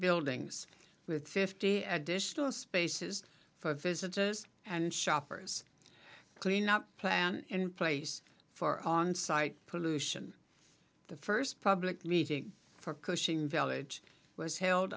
buildings with fifty additional spaces for visitors and shoppers clean up plan in place for on site pollution the first public meeting for cushing village was held